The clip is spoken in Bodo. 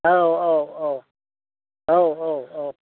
औ औ औ औ औ औ